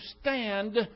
stand